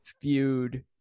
feud